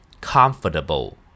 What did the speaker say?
Comfortable